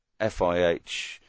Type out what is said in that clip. FIH